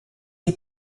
est